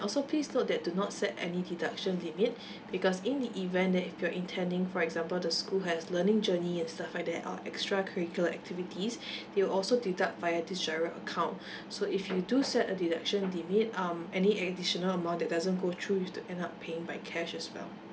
also please note that do not set any deduction limit because in the event that if you're intending for example the school has learning journey and stuff like that or extra curricular activities they will also deduct via this GIRO account so if you do set a deduction limit um any additional amount that doesn't go through you've to end up paying by cash as well